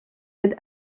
aide